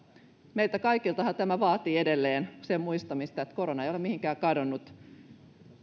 meiltä kaikiltahan tämä vaatii edelleen sen muistamista että korona ei ole mihinkään kadonnut